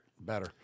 Better